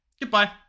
Goodbye